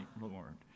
Lord